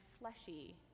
fleshy